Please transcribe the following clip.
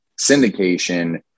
syndication